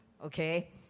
Okay